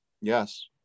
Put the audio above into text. Yes